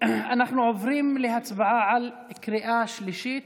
אנחנו עוברים להצבעה בקריאה שלישית.